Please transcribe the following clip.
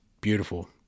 beautiful